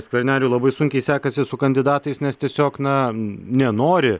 skverneliui labai sunkiai sekasi su kandidatais nes tiesiog na nenori